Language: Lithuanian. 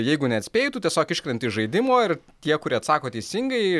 jeigu neatspėji tu tiesiog iškrenti iš žaidimo ir tie kurie atsako teisingai